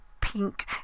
pink